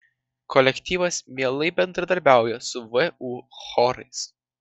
kolektyvas mielai bendradarbiauja su vu chorais